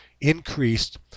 increased